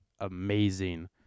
amazing